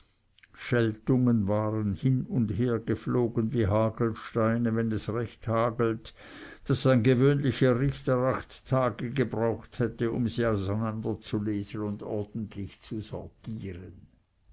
scheltungen waren hin und hergeflogen wie hagelsteine wenn es recht hagelt daß ein gewöhnlicher richter acht tage gebraucht hätte sie auseinanderzulesen und ordentlich zu sortieren